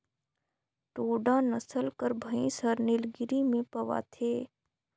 टोडा नसल कर भंइस हर नीलगिरी में पवाथे